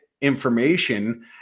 information